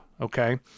okay